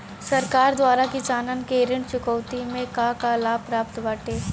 सरकार द्वारा किसानन के ऋण चुकौती में का का लाभ प्राप्त बाटे?